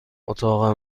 اتاق